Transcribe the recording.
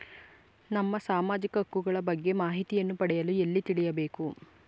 ನಮ್ಮ ಸಾಮಾಜಿಕ ಹಕ್ಕುಗಳ ಬಗ್ಗೆ ಮಾಹಿತಿಯನ್ನು ಪಡೆಯಲು ಎಲ್ಲಿ ತಿಳಿಯಬೇಕು?